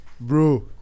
bro